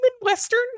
Midwestern